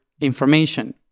information